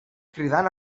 cridant